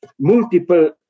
multiple